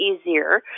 easier